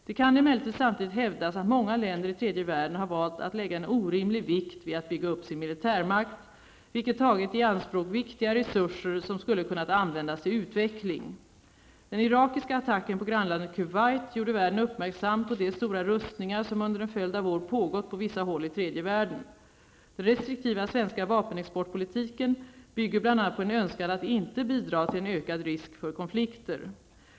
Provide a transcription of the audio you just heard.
Det kan emellertid samtidigt hävdas att många länder i tredje världen har valt att lägga en orimlig vikt vid att bygga upp sin militärmakt, vilket tagit i anspråk viktiga resurser som skulle kunnat användas till utveckling. Den irakiska attacken på grannlandet Kuwait gjorde världen uppmärksam på de stora rustningar som under en följd av år pågått på vissa håll i tredje världen. Den restriktiva svenska vapenexportpolitiken bygger bl.a. på en önskan att inte bidra till en ökad risk för konflikter.